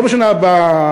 לא בשנה הבאה,